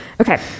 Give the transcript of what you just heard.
Okay